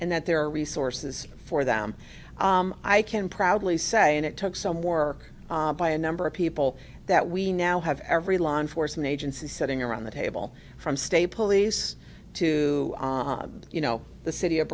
and that there are resources for them i can proudly say and it took some work by a number of people that we now have every law enforcement agency sitting around the table from state police to you know the city of